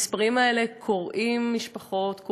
המספרים האלה קורעים משפחות,